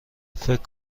فکر